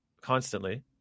constantly